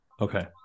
Okay